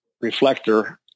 reflector